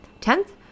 Tenth